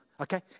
Okay